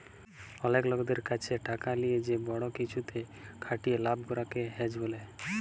অলেক লকদের ক্যাছে টাকা লিয়ে যে বড় কিছুতে খাটিয়ে লাভ করাক কে হেজ ব্যলে